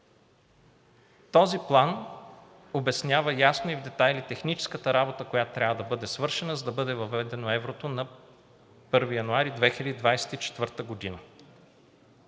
Този план обяснява ясно и в детайли техническата работа, която трябва да бъде свършена, за да бъде въведено еврото на 1 януари 2024 г.